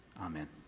Amen